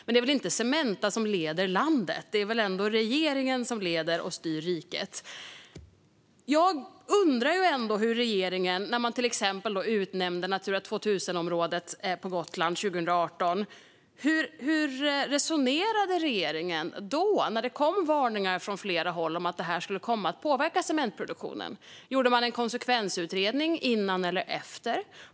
Men det är väl inte Cementa som leder landet, utan det är väl ändå regeringen som leder och styr riket? Jag undrar hur regeringen resonerade till exempel när man utnämnde Natura 2000-området på Gotland 2018. Hur resonerade man då, när det kom varningar från flera håll om att det skulle komma att påverka cementproduktionen? Gjorde man en konsekvensutredning innan eller efter?